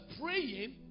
praying